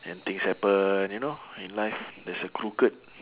and things happen you know in life there's a crooked